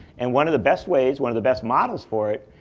and one of the best ways, one of the best models for it,